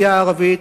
האוכלוסייה הערבית,